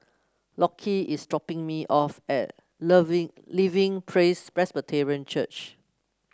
Lockie is dropping me off at Loving Living Praise Presbyterian Church